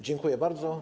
Dziękuję bardzo.